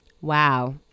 Wow